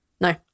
No